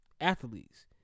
athletes